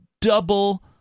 double